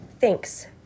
Thanks